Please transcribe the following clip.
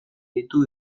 ditu